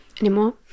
anymore